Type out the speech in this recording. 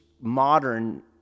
modern